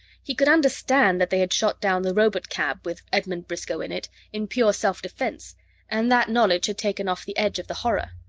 he could understand that they had shot down the robotcab with edmund briscoe in it, in pure self-defense and that knowledge had taken off the edge of the horror.